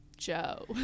Joe